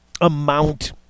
amount